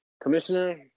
Commissioner